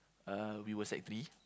uh we were sec three